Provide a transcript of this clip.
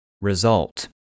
Result